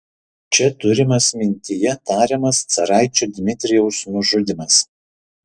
čia turimas mintyje tariamas caraičio dmitrijaus nužudymas